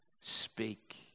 speak